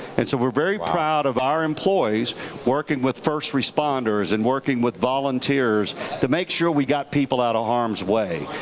and so we're very proud of our employees working with first responders and working with volunteers to make sure we got people out of harm's way.